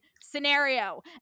scenario